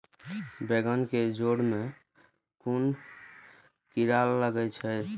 बेंगन के जेड़ में कुन कीरा लागे छै?